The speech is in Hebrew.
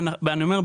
אני אומר,